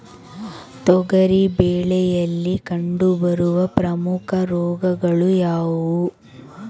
ತೊಗರಿ ಬೆಳೆಯಲ್ಲಿ ಕಂಡುಬರುವ ಪ್ರಮುಖ ರೋಗಗಳು ಯಾವುವು?